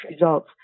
results